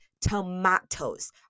tomatoes